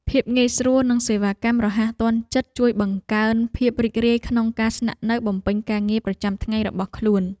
ភាពងាយស្រួលនិងសេវាកម្មរហ័សទាន់ចិត្តជួយបង្កើនភាពរីករាយក្នុងការស្នាក់នៅបំពេញការងារប្រចាំថ្ងៃរបស់ខ្លួន។